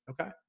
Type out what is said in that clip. okay